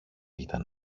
ήταν